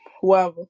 whoever